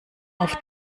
auf